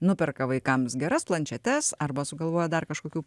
nuperka vaikams geras planšetes arba sugalvoja dar kažkokių